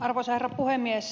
arvoisa herra puhemies